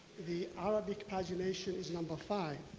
the arabic pagination is numbered five.